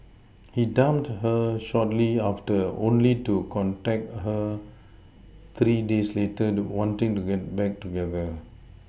he dumped her shortly after only to contact her three days later wanting to get back together